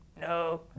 no